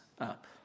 up